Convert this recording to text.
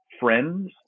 friends